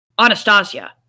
Anastasia